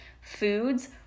foods